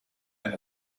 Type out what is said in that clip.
and